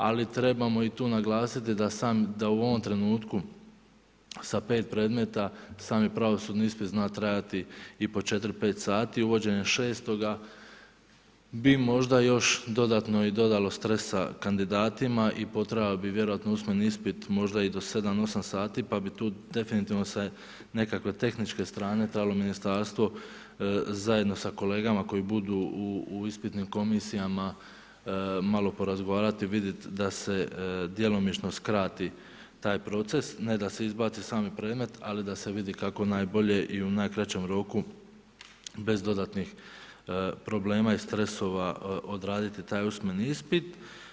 Ali, trebamo i tu naglasiti da u ovom trenutku, sa 5 predmeta, sami pravosudni ispit zna trajati i po 4-5 sati, uvođenjem 6 bi možda još dodatno i dodalo stresa kandidatima i potrajalo bi vjerojatno usmeni ispit možda i do 7-8 sati, pa bi tu definitivno sa nekakve tehničke strane, trebalo ministarstvo, zajedno sa kolegama koji budu u ispitnim komisijama, malo porazgovarati i vidjeti da se djelomično skrati taj proces, ne da se izbaci sami predmet, ali da se vidi kako najbolje i u najkraćem roku, bez dodatnih problema i stresova odraditi taj usmeni ispit.